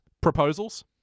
proposals